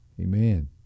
Amen